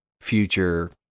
future